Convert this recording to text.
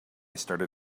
started